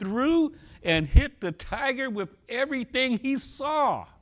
through and hit the tiger with everything he saw